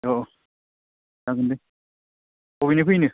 औ जागोन दे अबेनि फैयोनो